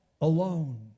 alone